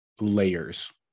layers